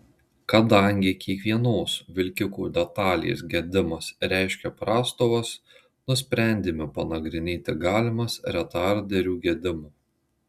kadangi kiekvienos vilkiko detalės gedimas reiškia prastovas nusprendėme panagrinėti galimas retarderių gedimo